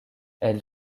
elle